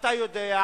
אתה יודע,